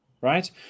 right